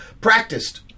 practiced